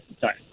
Sorry